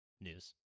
news